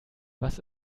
was